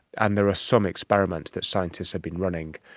and there are some experiments that scientists have been running,